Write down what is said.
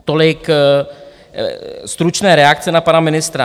Tolik stručné reakce na pana ministra.